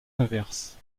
inverse